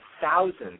thousands